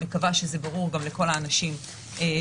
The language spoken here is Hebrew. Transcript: אני מקווה שזה ברור גם לכל האנשים בזום,